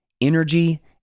energy